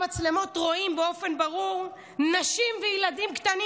במצלמות רואים באופן ברור נשים וילדים קטנים